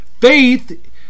Faith